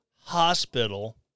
hospital